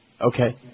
Okay